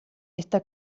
esta